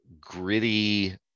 gritty